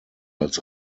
als